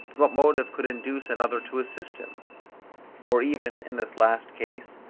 what motive could induce another to assist him or even, in this last case,